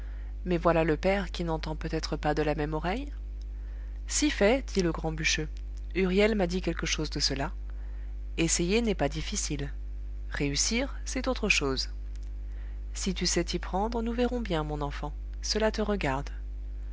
mais voilà le père qui n'entend peut-être pas de la même oreille si fait dit le grand bûcheux huriel m'a dit quelque chose de cela essayer n'est pas difficile réussir c'est autre chose si tu sais t'y prendre nous verrons bien mon enfant cela te regarde